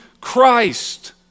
Christ